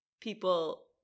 people